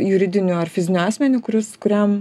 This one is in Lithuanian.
juridiniu ar fiziniu asmeniu kuris kuriam